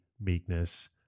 meekness